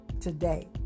today